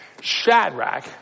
Shadrach